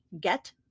get